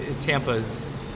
Tampa's